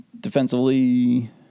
Defensively